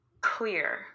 Clear